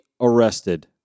arrested